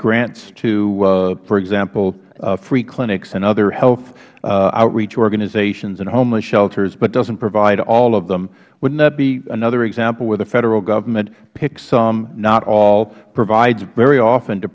grants to for example free clinics and other health outreach organizations and homeless shelters but doesn't provide all of them wouldn't that be another example where the federal government picks some not all provides very often to